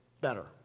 better